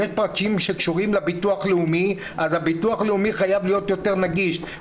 יש פרקים שקושרים לביטוח הלאומי הביטוח הלאומי חייב להיות יותר נגיש,